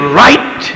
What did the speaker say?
right